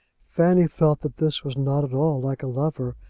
fanny felt that this was not at all like a lover,